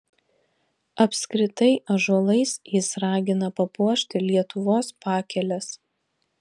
apskritai ąžuolais jis ragina papuošti lietuvos pakeles